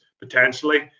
Potentially